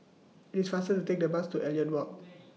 IT IS faster to Take The Bus to Elliot Walk